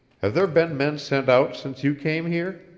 have there been men sent out since you came here?